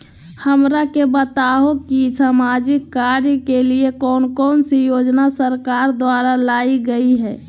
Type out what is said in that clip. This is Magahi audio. हमरा के बताओ कि सामाजिक कार्य के लिए कौन कौन सी योजना सरकार द्वारा लाई गई है?